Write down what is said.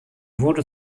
wurde